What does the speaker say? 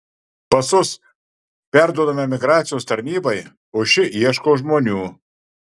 pasus perduodame migracijos tarnybai o ši ieško žmonių